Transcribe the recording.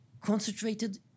concentrated